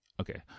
okay